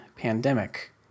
pandemic